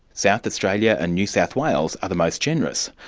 south australia and new south wales are the most generous,